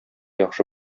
яхшы